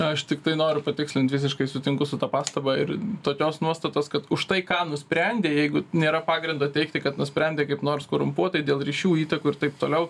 aš tiktai noriu patikslint visiškai sutinku su ta pastaba ir tokios nuostatos kad už tai ką nusprendė jeigu nėra pagrindo teigti kad nusprendė kaip nors korumpuotai dėl ryšių įtakų ir taip toliau